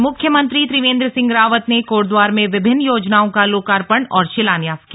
और मुख्यमंत्री त्रिवेंद्र सिंह रावत ने कोटद्वार में विभिन्न योजनाओं का लोकार्पण और शिलान्यास किया